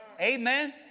Amen